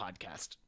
podcast